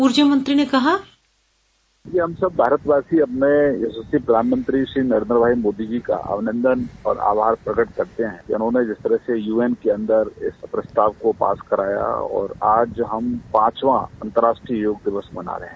ऊर्जा मंत्री ने कहा हम सब भारतवासी अब मैं देश में प्रधानमंत्री नरेन्द्र भाई मोदी जी का अभिनन्दन और आभार प्रकट करते हैं कि इन्होंने जिस तरह से यू एन के अन्दर इस प्रस्ताव को पास कराया और आज हम पांचवा अन्तर्राष्ट्रीय योग दिवस मना रहे हैं